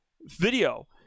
video